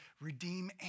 redeem